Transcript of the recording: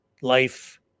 life